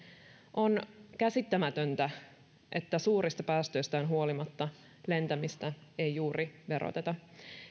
on käsittämätöntä että suurista päästöistään huolimatta lentämistä ei juuri veroteta